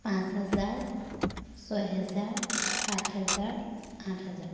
পাঁচ হাজাৰ ছয় হেজাৰ সাত হেজাৰ আঠ হাজাৰ